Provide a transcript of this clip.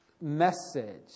message